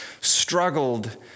struggled